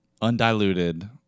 Undiluted